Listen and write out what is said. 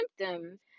symptoms